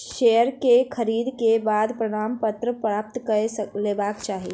share के खरीद के बाद प्रमाणपत्र प्राप्त कय लेबाक चाही